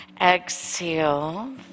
Exhale